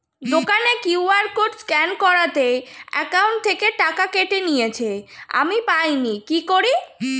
দোকানের QR code scan করাতে account থেকে টাকা কেটে নিয়েছে, আমি পাইনি কি করি?